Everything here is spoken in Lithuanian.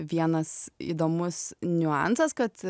vienas įdomus niuansas kad